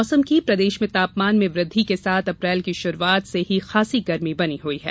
मौसम प्रदेश में तापमान में वृद्धि के साथ अप्रैल की शुरुआत से ही खासी गर्मी बनी हुई है